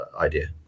idea